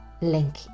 link